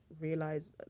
realize